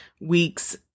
Weeks